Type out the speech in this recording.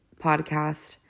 podcast